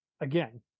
again